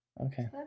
Okay